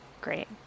great